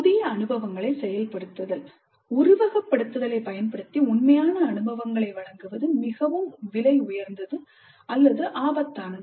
புதிய அனுபவங்களைச் செயல்படுத்துதல் உருவகப்படுத்துதலை பயன்படுத்தி உண்மையான அனுபவங்களை வழங்குவது மிகவும் விலை உயர்ந்தது அல்லது மிகவும் ஆபத்தானது